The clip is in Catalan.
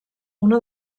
una